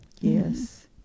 Yes